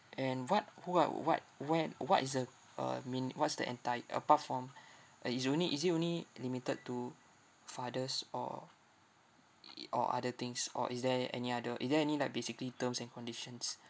and what who are what where what is the uh mean what's the enti~ apart from uh is only is it only limited to fathers or i~ i~ or other things or is there any other is there any like basically terms and conditions